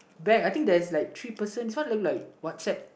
bag and I think there's a like three person this one look like Whats App